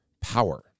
power